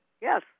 Yes